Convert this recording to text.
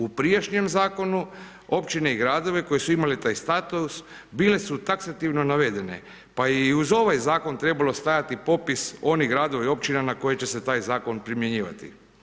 U prijašnjem zakonu općine i gradovi koji su imali taj status bile su taksativno navedene, pa je i uz ovaj zakon trebalo stajati popis onih gradova i općina na koje će se taj zakon primjenjivati.